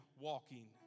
Walking